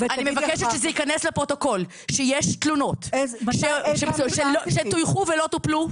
אני מבקשת שזה ייכנס לפרוטוקול שיש תלונות שטויחו ולא טופלו.